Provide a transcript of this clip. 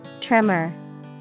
tremor